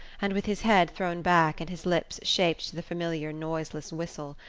and with his head thrown back and his lips shaped to the familiar noiseless whistle,